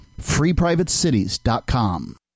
FreePrivateCities.com